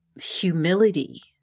humility